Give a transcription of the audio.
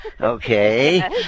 okay